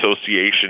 association